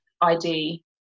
id